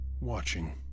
watching